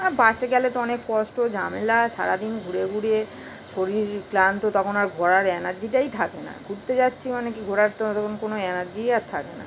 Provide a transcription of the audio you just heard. আর বাসে গেলে তো অনেক কষ্ট ঝামেলা সারা দিন ঘুরে ঘুরে শরীল ক্লান্ত তখন আর ঘোরার এনার্জিটাই থাকে না ঘুরতে যাচ্ছি মানে কী ঘোরার তখন কোনো এনার্জিই আর থাকে না